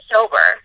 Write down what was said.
Sober